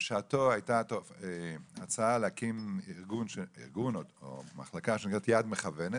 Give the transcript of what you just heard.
בשעתו הייתה הצעה להקים מחלקה שנקראת יד מכוונת,